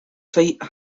site